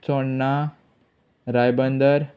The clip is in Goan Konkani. चोडणां रायबंदर